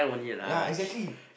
ya exactly